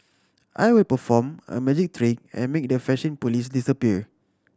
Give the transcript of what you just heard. I will perform a magic trick and make the fashion police disappear